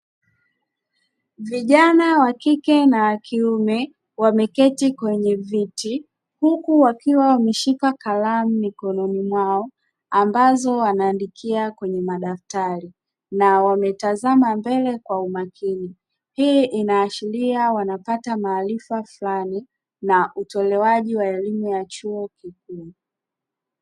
Vijana wa kike na wa kiume wameketi kwenye viti, huku wakiwa wameshika kalamu mikono mwao, ambazo wanaandika kwenye madaftali na wametazama mbele kwa umakini, hii inaashiria wanapata maarifa fulani na utolewaji wa elimu ya chuo kikuu.